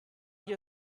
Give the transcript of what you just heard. hier